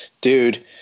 Dude